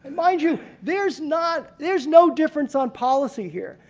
mind you, there's not. there's no difference on policy here.